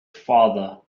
father